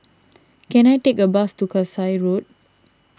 can I take a bus to Kasai Road